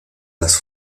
las